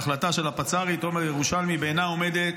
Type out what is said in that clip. ההחלטה של הפצ"רית תומר-ירושלמי בעינה עומדת,